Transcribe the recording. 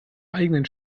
eigenen